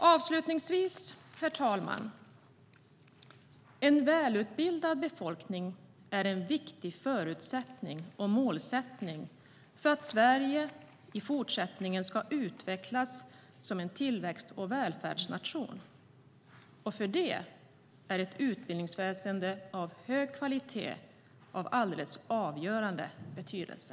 Avslutningsvis, herr talman, vill jag säga att en välutbildad befolkning är en viktig förutsättning och målsättning för att Sverige i fortsättningen ska utvecklas som en tillväxt och välfärdsnation. För det är ett utbildningsväsen av hög kvalitet av alldeles avgörande betydelse.